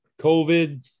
COVID